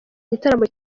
gitaramo